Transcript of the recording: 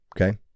okay